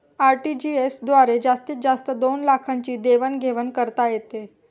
RTGS द्वारे जास्तीत जास्त दोन लाखांची देवाण घेवाण करता येते